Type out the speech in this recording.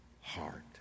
heart